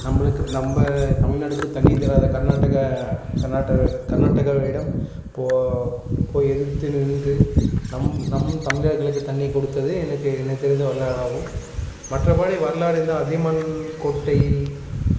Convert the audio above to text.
நம்மளுக்கு நம்ம தமிழ்நாடுக்கு தண்ணீர் தராத கர்நாடகா கர்நாடக கர்நாடகரிடம் போய் எதிர்த்து நின்று நம் நம் தமிழர்களுக்கு தண்ணீர் கொடுத்தது எனக்கு எனக்கு தெரிந்த வரலாறாகும் மற்றபடி வரலாறுனா அதியமான் கோட்டையில்